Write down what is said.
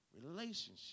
relationship